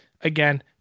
again